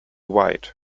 white